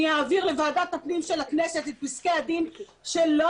אני אעביר לוועדת הפנים של הכנסת את פסקי הדין שלא